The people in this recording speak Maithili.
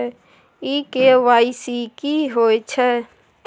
इ के.वाई.सी की होय छै?